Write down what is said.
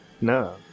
No